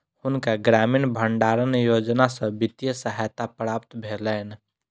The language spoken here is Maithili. हुनका ग्रामीण भण्डारण योजना सॅ वित्तीय सहायता प्राप्त भेलैन